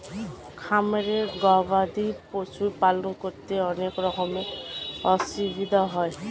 খামারে গবাদি পশুর পালন করতে অনেক রকমের অসুবিধা হয়